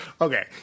okay